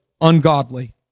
ungodly